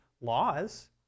laws